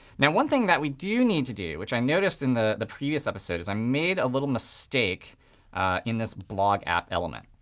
now, one thing that we do need to do, which i noticed in the the previous episode, is i made a little mistake in this blog app element.